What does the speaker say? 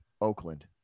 Oakland